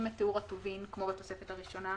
את תיאור הטובין כמו בתוספת הראשונה?